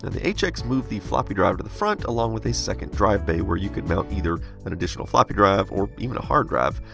the the hx moved the floppy drive to the front, along with a second drive bay where you could mount either an additional floppy drive or even a hard drive.